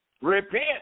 Repent